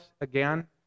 again